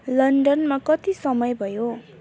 लन्डनमा कति समय भयो